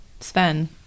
Sven